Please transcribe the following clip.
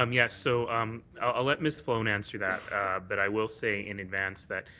um yes. so um i'll let miss sloan answer that but i will say in advance that,